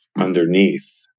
underneath